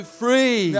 free